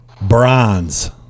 Bronze